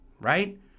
right